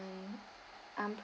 mm unprofessional